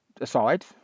aside